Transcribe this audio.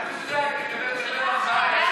רק בשביל זה היה כדאי לקום בבוקר.